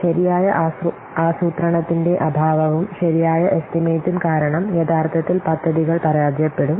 ശരിയായ ആസൂത്രണത്തിന്റെ അഭാവവും ശരിയായ എസ്റ്റിമേറ്റും കാരണം യഥാർത്ഥത്തിൽ പദ്ധതികൾ പരാജയപ്പെടും